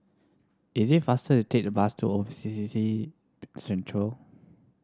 is it faster to take the bus to O C B C Centre